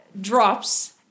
drops